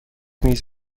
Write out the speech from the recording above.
میز